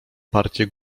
partie